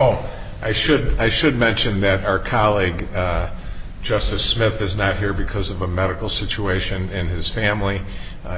oh i should i should mention that our colleague just says smith is not here because of a medical situation in his family